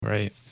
Right